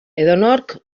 edonork